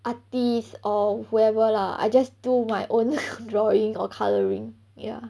artist or whoever lah I just do my own drawing or colouring ya